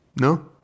No